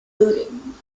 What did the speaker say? looting